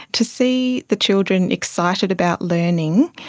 to see the children excited about learning,